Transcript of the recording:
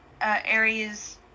Aries